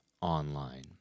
online